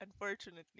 Unfortunately